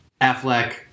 Affleck